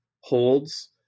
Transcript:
holds